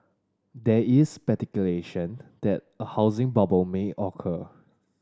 there is speculation that a housing bubble may occur